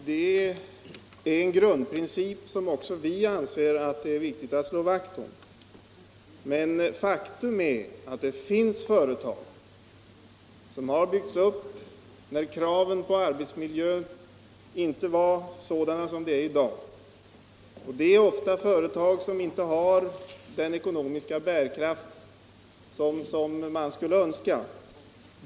Herr talman! Det är en grundprincip som vi också anser det vara viktigt att slå vakt om. Men faktum är att det finns företag som har byggts upp när kraven på arbetsmiljön inte var sådana som de är i dag. Och det är ofta företag som inte har den ekonomiska bärkraft som man skulle önska.